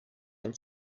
and